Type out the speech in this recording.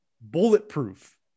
Bulletproof